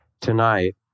Tonight